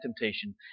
temptation